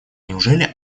неужели